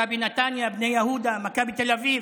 מכבי נתניה, בני יהודה, מכבי תל אביב.